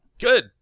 Good